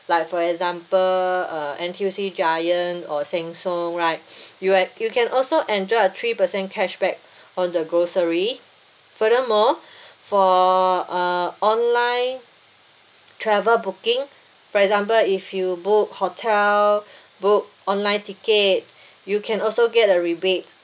like for example uh N_T_U_C giant or Sheng Siong right you are you can also enjoy a three per cent cashback on the grocery furthermore for uh online travel booking for example if you book hotel book online ticket you can also get a rebate